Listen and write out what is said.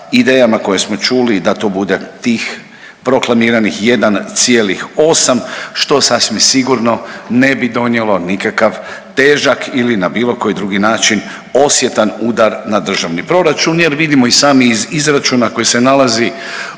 idejama koje smo čuli da to bude tih proklamiranih 1,8 što sasvim sigurno ne bi donijelo nikakav težak ili na bilo koji drugi način osjetan udar na državni proračun jer vidimo i sami iz izračuna koji se nalazi